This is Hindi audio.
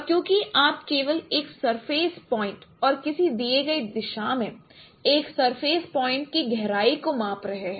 और क्योंकि आप केवल एक सरफेस पॉइंट और किसी दिए गए दिशा में एक सरफेस पॉइंट की गहराई को माप रहे है